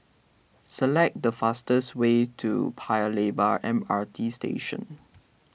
select the fastest way to Paya Lebar M R T Station